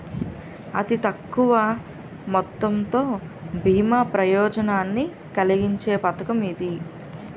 అతి తక్కువ మొత్తంతో బీమా ప్రయోజనాన్ని కలిగించే పథకం ఇది